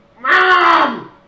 Mom